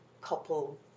couple